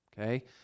Okay